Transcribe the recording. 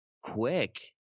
Quick